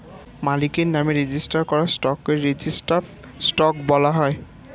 মালিকের নামে রেজিস্টার করা স্টককে রেজিস্টার্ড স্টক বলা হয়